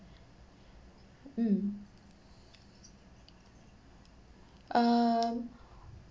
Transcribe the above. mm um